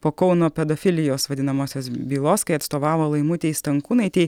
po kauno pedofilijos vadinamosios bylos kai atstovavo laimutei stankūnaitei